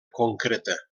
concreta